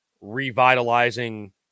revitalizing